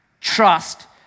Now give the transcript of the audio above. trust